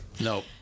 No